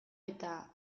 eta